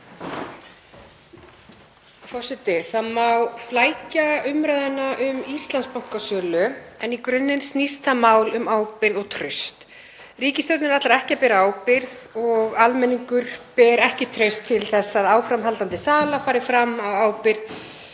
Það má flækja umræðuna um Íslandsbankasölu en í grunninn snýst það mál um ábyrgð og traust. Ríkisstjórnin ætlar ekki að bera ábyrgð og almenningur ber ekki traust til þess að áframhaldandi sala fari fram á ábyrgð